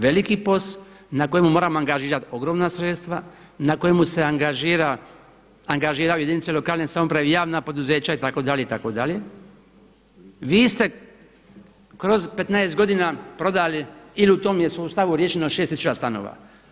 Veliki POS na kojemu moramo angažirati ogromna sredstva, na kojemu se angažiraju jedinice lokalne samouprave, javna poduzeća itd. vi ste kroz 15 godina prodali ili u tom je sustavu riješeno šest tisuća stanova.